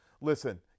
listen